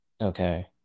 Okay